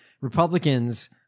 Republicans